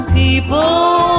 people